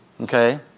Okay